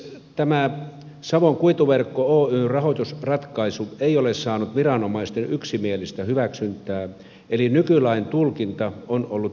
tämä savon kuituverkko oyn rahoitusratkaisu ei ole saanut viranomaisten yksimielistä hyväksyntää eli nykylain tulkinta on ollut ristiriitaista